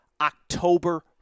October